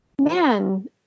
man